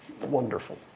wonderful